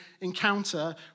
encounter